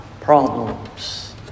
problems